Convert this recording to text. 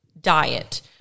diet